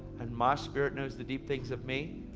and my spirit knows the deep things of me,